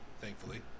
Thankfully